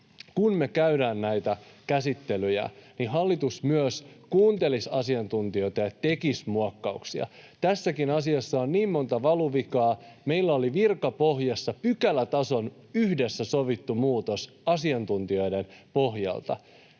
kun me käydään näitä käsittelyjä, niin hallitus myös kuuntelisi asiantuntijoita ja tekisi muokkauksia. Tässäkin asiassa on niin monta valuvikaa. Meillä oli virkapohjassa yhdessä sovittu pykälätason muutos asiantuntijoiden pohjalta,